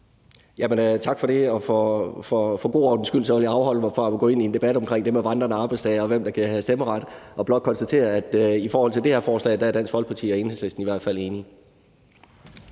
Tak for det. For god ordens skyld vil jeg afholde mig fra at gå ind i en debat omkring det med vandrende arbejdstagere, og hvem der skal have stemmeret, og blot konstatere, at Dansk Folkeparti og Enhedslisten i hvert fald i